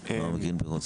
נעם גרינברג.